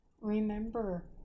Remember